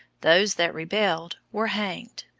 those that rebelled were hanged.